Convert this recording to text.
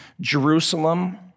Jerusalem